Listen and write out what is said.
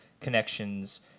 connections